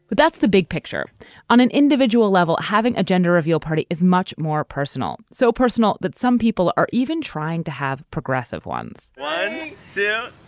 but that's the big picture on an individual level having a gender reveal party is much more personal so personal that some people are even trying to have progressive ones. yeah